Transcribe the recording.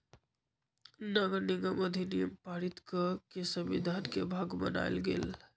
नगरनिगम अधिनियम पारित कऽ के संविधान के भाग बनायल गेल